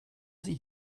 sie